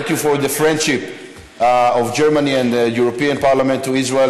חוק ומשפט להכנה לקריאה שנייה ושלישית.